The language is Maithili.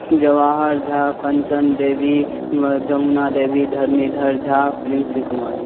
जवाहर झा कञ्चन देवी यमुना देवी धरणीधर झा प्रिन्सी कुमारी